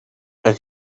and